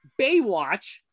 Baywatch